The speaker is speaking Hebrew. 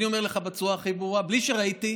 אני אומר לך בצורה הכי ברורה, בלי שראיתי: